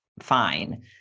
fine